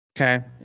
Okay